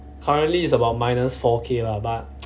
currently is about minus four K lah but